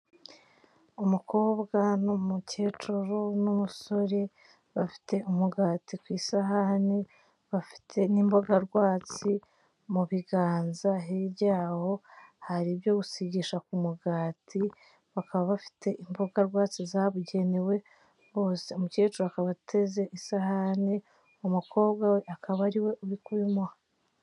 Umukobwa n'umukecuru n'umusore bafite umugati ku isahani, bafite n'imboga rwatsi mu biganza, hirya yaho hari ibyo gusigisha ku mugati, bakaba bafite imboga rwatsi zabugenewe bose, umukecuru akaba ateze isahane, umukobwa we akaba ari we uri kubimuha.